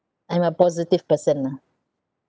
I'm a positive person ah